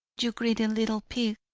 you greedy little pig,